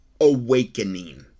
awakening